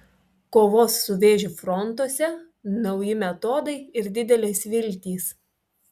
kovos su vėžiu frontuose nauji metodai ir didelės viltys